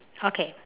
okay